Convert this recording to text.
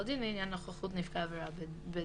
כל דין לעניין נוכחות נפגע עבירה בדיון,